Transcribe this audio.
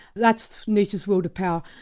that's nietzsche's world of power.